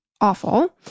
awful